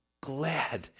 glad